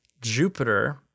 Jupiter